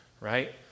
right